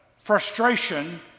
frustration